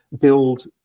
build